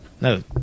No